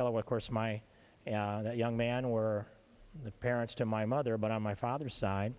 fellow of course my young man were the parents to my mother but on my father's side